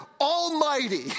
Almighty